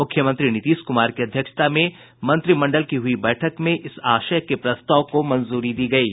मुख्यमंत्री नीतीश कुमार की अध्यक्षता में मंत्रिमंडल की हुई बैठक में इस आशय के प्रस्ताव को मंजूरी दी गयी